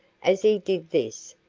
as he did this,